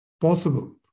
possible